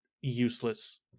useless